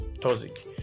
toxic